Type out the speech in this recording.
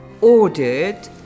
ordered